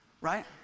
right